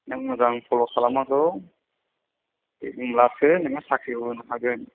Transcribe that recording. नों मोजां फल' खालामनांगौ होनब्लासो नोङो साख्रियाव होनो हागोन